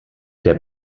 der